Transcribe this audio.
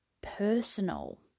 personal